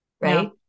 right